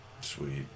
Sweet